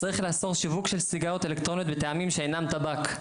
צריך לאסור שיווק של סיגריות אלקטרוניות בטעמים שאינם טבק.